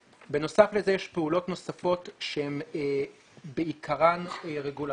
בנוסף לזה יש פעולות נוספות שהן בעיקרן רגולטוריות